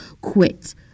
quit